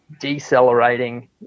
decelerating